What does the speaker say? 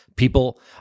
People